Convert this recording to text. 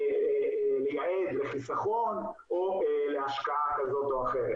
לייעד לחיסכון או להשקעה כזאת או אחרת.